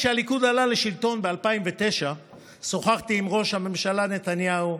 כשהליכוד עלה לשלטון ב-2009 שוחחתי עם ראש הממשלה נתניהו.